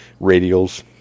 radials